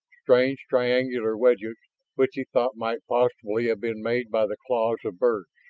strange triangular wedges which he thought might possibly have been made by the claws of birds.